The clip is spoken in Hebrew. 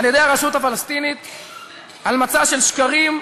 על-ידי הרשות הפלסטינית, על מצע של שקרים,